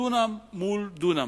דונם מול דונם.